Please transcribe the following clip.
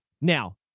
Now